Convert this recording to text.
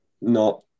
no